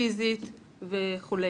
פיזית וכו'.